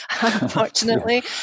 unfortunately